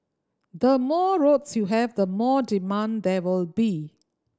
the more roads you have the more demand there will be